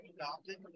adopted